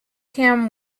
kim